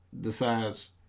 decides